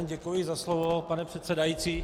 Děkuji za slovo, pane předsedající.